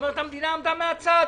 המדינה עמדה מן הצד.